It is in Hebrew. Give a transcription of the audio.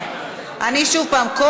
יעקב